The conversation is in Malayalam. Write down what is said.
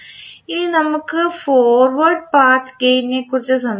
ഇനി നമുക്ക് ഫോർവേഡ് പാത്ത് ഗേയിൻ നെക്കുറിച്ച് സംസാരിക്കാം